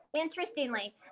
interestingly